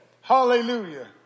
Hallelujah